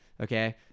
Okay